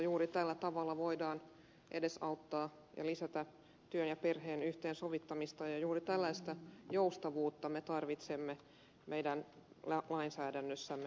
juuri tällä tavalla voidaan edesauttaa ja lisätä työn ja perheen yhteensovittamista ja juuri tällaista joustavuutta me tarvitsemme meidän lainsäädännössämme